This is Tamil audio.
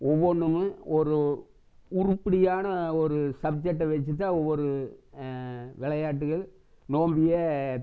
ஒவ்வொன்றுமே ஒரு உருப்படியான ஒரு சப்ஜெக்டை வச்சு தான் ஒவ்வொரு விளையாட்டுகள் நோம்பையே